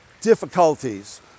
difficulties